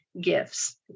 gifts